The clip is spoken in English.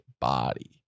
body